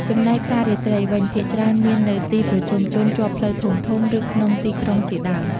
ចំណែកផ្សាររាត្រីវិញ ភាគច្រើនមាននៅទីប្រជុំជនជាប់ផ្លូវធំៗ ឬក្នុងទីក្រុងជាដើម។